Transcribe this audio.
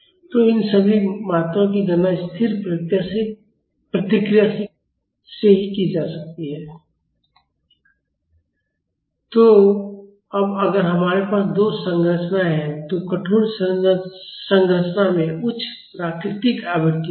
तो इन सभी मात्राओं की गणना स्थिर प्रतिक्रिया से ही की जा सकती है तो अब अगर हमारे पास दो संरचनाएं हैं तो कठोर संरचना में उच्च प्राकृतिक आवृत्ति होगी